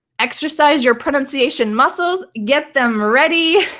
exercise your pronunciation muscles, get them ready.